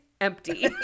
empty